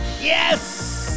Yes